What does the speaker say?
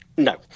no